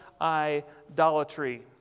idolatry